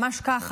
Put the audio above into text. ממש ככה,